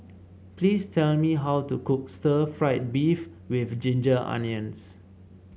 please tell me how to cook Stir Fried Beef with Ginger Onions